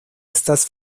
estas